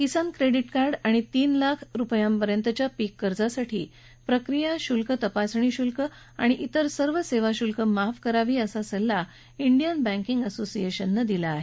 किसान credit card आणि तीन लाख रुपयापर्यंतच्या पीक कर्जासाठी प्रक्रियाशुल्क तपासणी शुल्क आणि तिर सर्व सेवा शुल्क माफ करावी असा सल्ला ष्टियन बँकिग असोसिएशननं दिला आहे